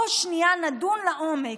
בואו נדון לעומק.